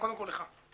קודם כל לך,